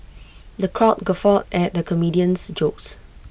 the crowd guffawed at the comedian's jokes